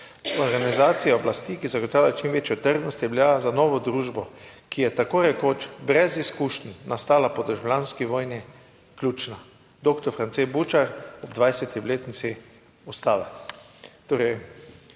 Organizacija oblasti, ki zagotavlja čim večjo trdnost, je bila za novo družbo, ki je tako rekoč brez izkušenj nastala po državljanski vojni, ključna." Doktor France Bučar ob 20. obletnici ustave.